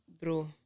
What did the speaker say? Bro